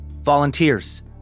volunteers